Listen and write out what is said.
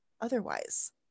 otherwise